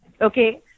okay